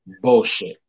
bullshit